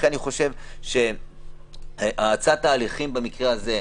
לכן אני חושב שהאצת התהליכים במקרה הזה,